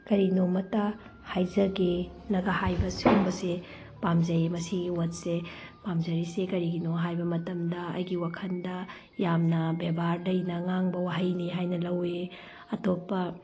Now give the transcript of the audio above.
ꯀꯔꯤꯅꯣꯝꯃꯇ ꯍꯥꯏꯖꯒꯦꯅꯒ ꯍꯥꯏꯕ ꯁꯤꯒꯨꯝꯕꯁꯦ ꯄꯥꯝꯖꯩ ꯃꯁꯤꯒꯤ ꯋ꯭ꯔꯠꯁꯦ ꯄꯥꯝꯖꯔꯤꯁꯦ ꯀꯔꯤꯒꯤꯅꯣ ꯍꯥꯏꯕ ꯃꯇꯝꯗ ꯑꯩꯒꯤ ꯋꯥꯈꯜꯗ ꯌꯥꯝꯅ ꯕꯦꯕꯥꯔ ꯂꯩꯅ ꯉꯥꯡꯕ ꯋꯥꯍꯩꯅꯤ ꯍꯥꯏꯅ ꯂꯧꯏ ꯑꯇꯣꯞꯄ